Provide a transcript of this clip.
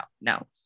no